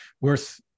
worth